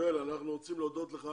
יואל, אנחנו רוצים להודות לך